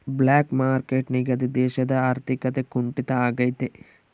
block market ನಿಂದಾಗಿ ದೇಶದ ಆರ್ಥಿಕತೆ ಕುಂಟಿತ ಆಗ್ತೈತೆ